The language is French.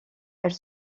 elle